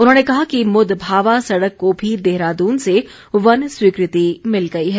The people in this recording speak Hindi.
उन्होंने कहा कि मुद भावा सड़क को भी देहरादून से वन स्वीकृति मिल गई है